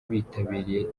bitabiriye